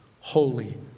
holy